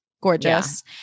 gorgeous